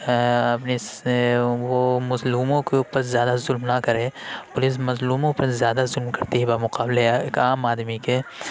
اپنی وہ مظلوموں کے اوپر زیادہ ظلم نہ کرے پولیس مظلوموں پہ زیادہ ظلم کرتی ہے بمقابلہ ایک عام آدمی کے